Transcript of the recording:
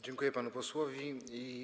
Dziękuję panu posłowi.